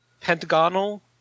Pentagonal